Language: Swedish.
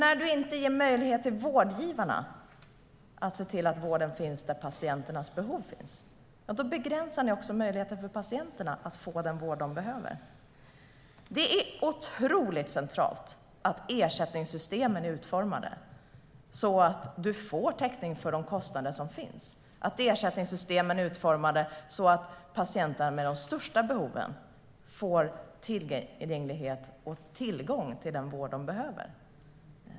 När ni inte ger möjlighet till vårdgivarna att se till att vården finns där patienternas behov finns begränsar ni också möjligheten för patienterna att få den vård de behöver. Det är otroligt centralt att ersättningssystemen är utformade så att man får täckning för de kostnader som finns och så att patienterna med de största behoven får tillgång till den vård de behöver.